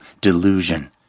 delusion